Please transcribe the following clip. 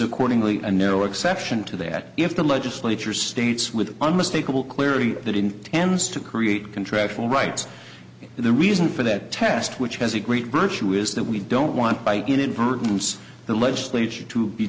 accordingly no exception to that if the legislature states with unmistakable clarity that intends to create contractual rights the reason for that test which has a great virtue is that we don't want by inadvertence the legislature to be